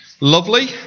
lovely